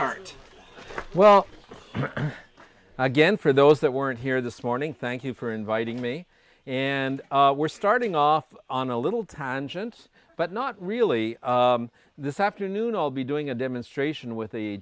heart well again for those that weren't here this morning thank you for inviting me and we're starting off on a little conscience but not really this afternoon i'll be doing a demonstration with the